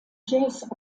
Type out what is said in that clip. jazz